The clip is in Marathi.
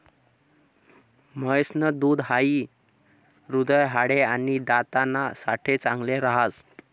म्हैस न दूध हाई हृदय, हाडे, आणि दात ना साठे चांगल राहस